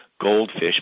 goldfish